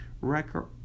record